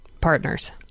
partners